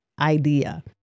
idea